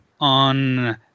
on